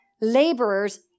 laborers